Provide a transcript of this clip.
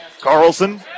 Carlson